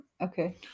Okay